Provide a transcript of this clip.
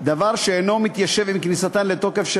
דבר שאינו מתיישב עם כניסתן לתוקף של